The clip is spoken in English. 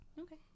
Okay